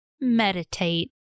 Meditate